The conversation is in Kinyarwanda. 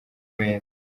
meza